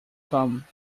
come